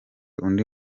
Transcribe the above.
undi